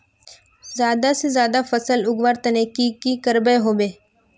ज्यादा से ज्यादा फसल उगवार तने की की करबय होबे?